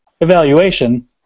evaluation